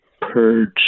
purge